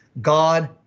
God